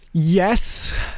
Yes